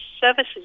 Services